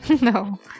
no